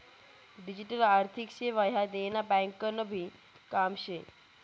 digital आर्थिक सेवा ह्या देना ब्यांकनभी काम शे